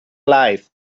life